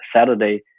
Saturday